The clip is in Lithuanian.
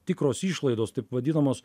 tikros išlaidos taip vadinamos